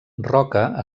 roca